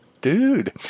Dude